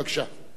בבקשה.